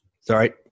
Sorry